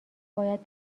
باید